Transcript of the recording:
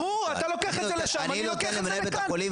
ברור, אתה לוקח את זה לשם ואני לוקח את זה לכאן.